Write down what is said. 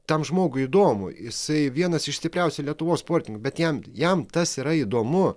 tam žmogui įdomu jisai vienas iš stipriausių lietuvos sportininkų bet jam jam tas yra įdomu